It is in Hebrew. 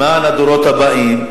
למען הדורות הבאים,